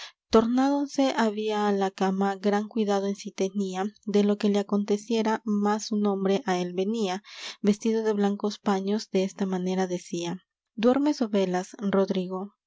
tornádose había á la cama gran cuidado en sí tenía de lo que le aconteciera mas un hombre á él venía vestido de blancos paños desta manera decía duermes ó velas rodrigo